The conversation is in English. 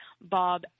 Bob